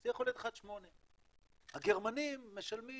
זה יכול להיות 1.8. הגרמנים משלמים